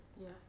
Yes